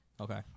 Okay